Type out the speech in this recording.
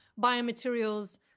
biomaterials